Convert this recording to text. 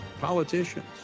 politicians